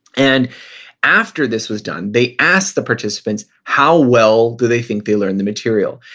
and after this was done, they asked the participants how well do they think they learned the material.